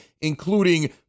including